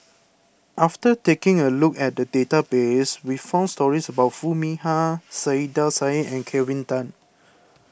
after taking a look at the database we found stories about Foo Mee Har Saiedah Said and Kelvin Tan